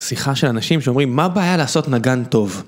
שיחה של אנשים שאומרים מה הבעיה לעשות נגן טוב.